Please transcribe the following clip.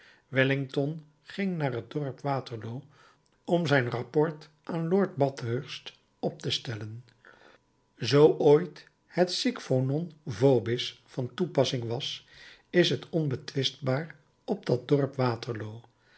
wellington ging naar het dorp waterloo om zijn rapport aan lord bathurst op te stellen zoo ooit het sic vos non vobis van toepassing was is t onbetwistbaar op dat dorp waterloo